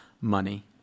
money